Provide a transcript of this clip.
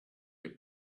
had